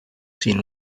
seen